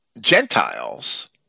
Gentiles